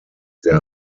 der